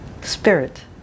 spirit